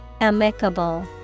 Amicable